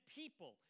people